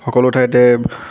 সকলো ঠাইতে